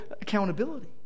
accountability